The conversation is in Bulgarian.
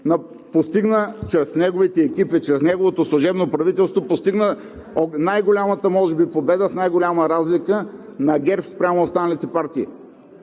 постигна чрез неговите екипи, чрез неговото служебно правителство – най-голямата може би победа, с най-голяма разлика на ГЕРБ спрямо останалите партии.